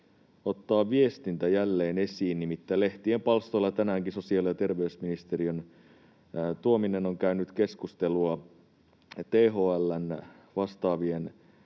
ottaa viestintä jälleen esiin. Nimittäin lehtien palstoilla tänäänkin sosiaali‑ ja terveysministeriön Tuominen on käynyt keskustelua THL:n vastaavien